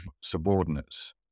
subordinates